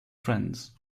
friends